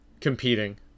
competing